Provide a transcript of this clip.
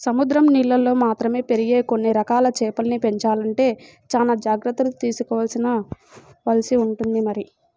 సముద్రం నీళ్ళల్లో మాత్రమే పెరిగే కొన్ని రకాల చేపల్ని పెంచాలంటే చానా జాగర్తలు తీసుకోవాల్సి ఉంటుంది మరి